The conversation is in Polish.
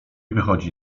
wychodzi